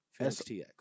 STX